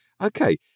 Okay